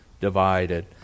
divided